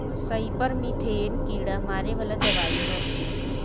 सईपर methane कीड़ा मारे वाला दवाई ह